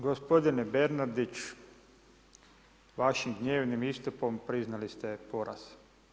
Gospodine Bernardić, vašim gnjevnim istupom priznali ste poraz.